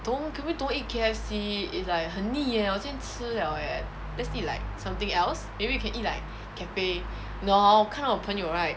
don't can we don't eat K_F_C it's like 很腻 eh 我今天吃 liao eh let's eat like something else maybe we can eat like cafe 你懂 hor 我看到我朋友 right